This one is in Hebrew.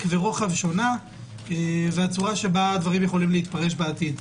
ורוחב שונה והצורה שבה הדברים יכולים להתפרש בעתיד.